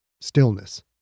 Stillness